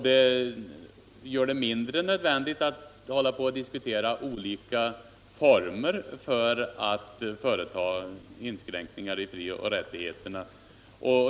Det gör det mindre motiverat att diskutera olika former för inskränkningar i frioch rättigheterna.